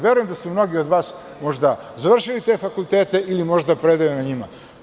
Verujem da su mnogi od vas možda završili te fakultete ili možda predaju na njima.